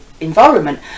environment